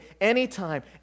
anytime